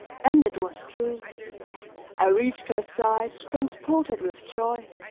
and it was true i reached her side transported with joy,